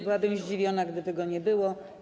Byłabym zdziwiona, gdyby go nie było.